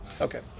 Okay